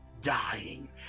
dying